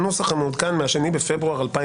בנוסח המעודכן מה-2 בפברואר 2023,